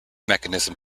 mechanism